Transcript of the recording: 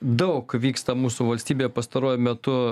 daug vyksta mūsų valstybėje pastaruoju metu